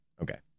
Okay